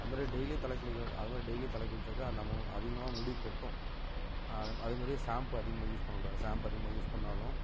அது மாதிரி டெய்லியும் தலைக்கு குளிக்கிறவங்க அது மாதிரி டெய்லியும் தலைக்கு குளிச்சாக்கால் நமு அதிகமாகவும் முடி கொட்டும் அதே மா அதே மாதிரி சாம்பு அதிகமாக யூஸ் பண்ணக்கூடாது சாம்பு அதிகமாக யூஸ் பண்ணிணாலும்